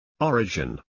origin